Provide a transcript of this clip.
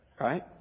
right